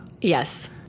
Yes